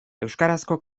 euskarazko